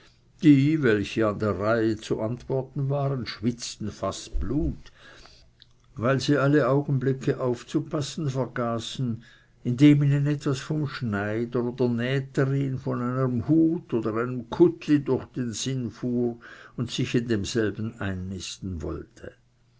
die welche an der reihe zu antworten waren schwitzten fast blut weil sie alle augenblicke aufzupassen vergaßen indem ihnen etwas vom schneider oder der näherin von einem hut oder einem kuttli durch den sinn fuhr und sich in demselben einnisten wollte